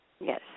Yes